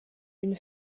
une